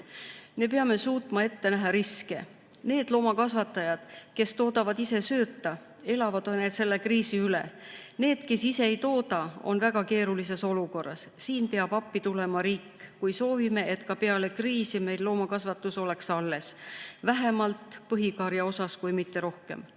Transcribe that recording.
Me peame suutma ette näha riske. Need loomakasvatajad, kes toodavad ise sööta, elavad selle kriisi üle, need, kes ise ei tooda, on väga keerulises olukorras. Siin peab appi tulema riik, kui soovime, et ka peale kriisi oleks meil loomakasvatus alles, vähemalt põhikari, kui mitte rohkem.